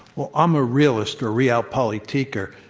well, i'm a realist, a realpolitiker,